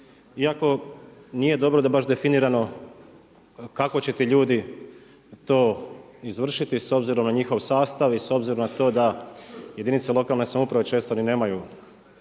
Iako nije dobro da baš definirano kako će ti ljudi to izvršiti s obzirom na njihov sastav i s obzirom na to da jedinice lokalne samouprave često ni nemaju